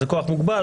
זה כוח מוגבל.